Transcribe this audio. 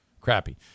Crappy